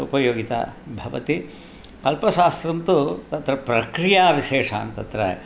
उपयोगिता भवति कल्पशास्त्रं तु तत्र प्रक्रियाविशेषान् तत्र